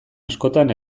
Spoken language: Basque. askotan